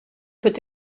peut